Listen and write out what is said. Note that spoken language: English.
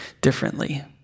differently